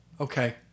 okay